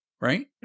right